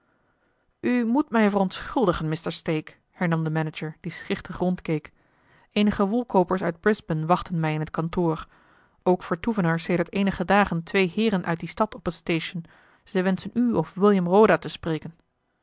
moet mij verontschuldigen mr stake hernam de manager die schichtig rondkeek eenige wolkoopers uit brisbane wachten mij in het kantoor ook vertoeven er sedert eenige dagen twee heeren uit die stad op het station ze wenschen u of william roda te spreken